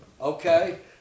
Okay